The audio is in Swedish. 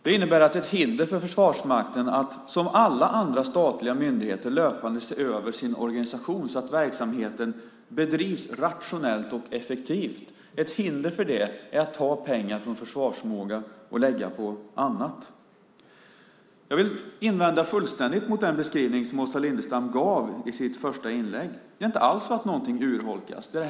Det innebär att det för Försvarsmakten när det gäller att som alla andra statliga myndigheter löpande se över sin organisation så att verksamheten bedrivs rationellt och effektivt är ett hinder att pengar tas från försvarsförmågan och läggs på annat. Jag vill fullständigt invända mot Åsa Lindestams beskrivning i sitt inlägg. Det är inte alls så att någonting urholkas.